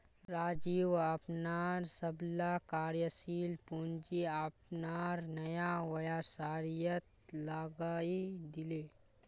राजीव अपनार सबला कार्यशील पूँजी अपनार नया व्यवसायत लगइ दीले